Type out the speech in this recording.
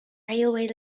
railway